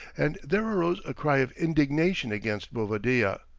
and there arose a cry of indignation against bovadilla.